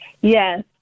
Yes